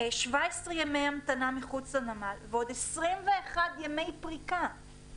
ימי המתנה מחוץ לנמל ועוד 21 ימי פריקה.